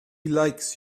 likes